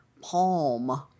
palm